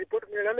report मिळाला